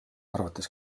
arvates